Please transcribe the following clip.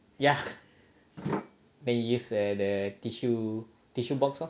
ya then you use the tissue tissue box lor